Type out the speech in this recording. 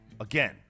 again